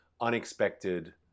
unexpected